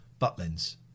Butlins